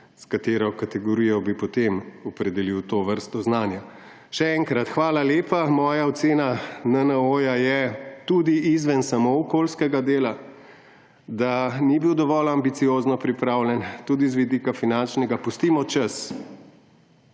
s katero kategorijo bi potem opredelil tovrstno znanje. Še enkrat, hvala lepa. Moja ocena NNOO je tudi izven samo okoljskega dela, da ni bil dovolj ambiciozno pripravljen, tudi s finančnega vidika. Pustimo čas.